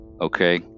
Okay